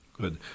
Good